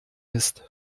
ist